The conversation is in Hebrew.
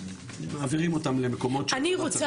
מעבירים אותם למקומות --- אני רוצה